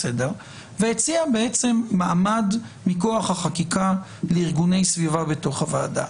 והציע מעמד מכוח החקיקה לארגוני סביבה בתוך הוועדה.